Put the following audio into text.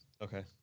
Okay